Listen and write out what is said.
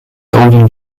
golden